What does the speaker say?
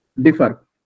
differ